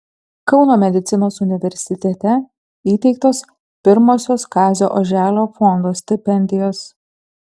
kauno medicinos universitete įteiktos pirmosios kazio oželio fondo stipendijos